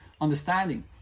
understanding